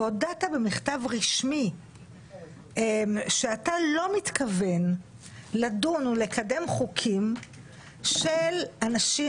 והודעת במכתב רשמי שאתה לא מתכוון לדון או לקדם חוקים של אנשים,